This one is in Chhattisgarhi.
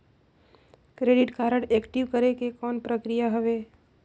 क्रेडिट कारड एक्टिव करे के कौन प्रक्रिया हवे?